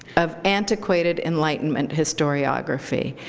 of antiquated enlightenment historiography.